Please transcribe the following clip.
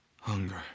Hunger